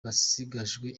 basigajwe